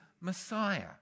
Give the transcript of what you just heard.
Messiah